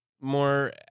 more